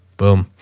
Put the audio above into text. boom.